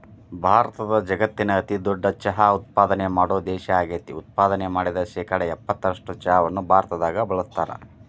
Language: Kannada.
ಭಾರತ ಜಗತ್ತಿನ ಅತಿದೊಡ್ಡ ಚಹಾ ಉತ್ಪಾದನೆ ಮಾಡೋ ದೇಶ ಆಗೇತಿ, ಉತ್ಪಾದನೆ ಮಾಡಿದ ಶೇಕಡಾ ಎಪ್ಪತ್ತರಷ್ಟು ಚಹಾವನ್ನ ಭಾರತದಾಗ ಬಳಸ್ತಾರ